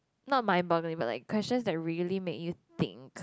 not mind boggling for like questions that really make you think